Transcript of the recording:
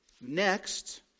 Next